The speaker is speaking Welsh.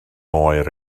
oer